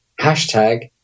hashtag